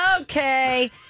Okay